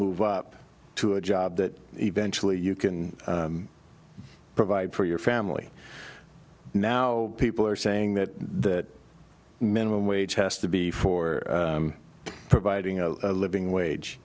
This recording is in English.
move up to a job that eventually you can provide for your family now people are saying that minimum wage has to be for providing a living wage